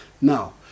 Now